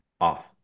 off